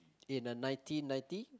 in the nineteen ninety